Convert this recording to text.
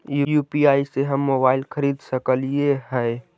UPI से हम mobile खरिद सकलिऐ है